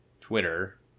twitter